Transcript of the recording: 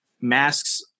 masks